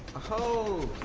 oh